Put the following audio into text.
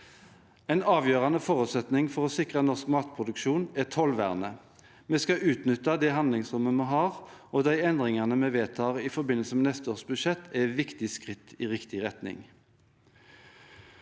En avgjørende forutsetning for å sikre norsk matproduksjon er tollvernet. Vi skal utnytte det handlingsrommet vi har, og de endringene vi vedtar i forbindelse med neste års budsjett, er et viktig skritt i riktig retning.